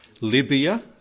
Libya